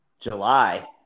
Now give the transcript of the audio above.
July